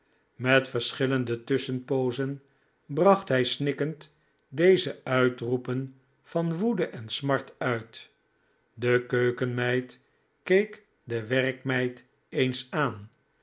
met verschillende tusschenpoozen bracht hij snikkend deze uitroepen van woede en smart uit de keukenmeid keek de werkmeid eens aan